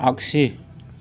आगसि